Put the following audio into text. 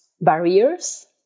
barriers